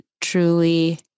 truly